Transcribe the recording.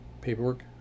paperwork